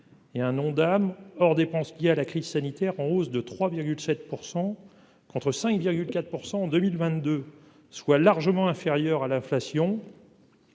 et un Ondam hors dépenses qui a la crise sanitaire, en hausse de 3 7 % contre 5,4 pour 100 en 2022 soit largement inférieur à l'inflation.